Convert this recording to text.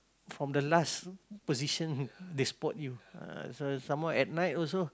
from the last position they spot you ah some more at night also